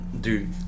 Dude